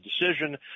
decision